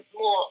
more